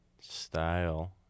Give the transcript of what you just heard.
style